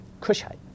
Kushite